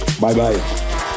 Bye-bye